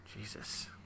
Jesus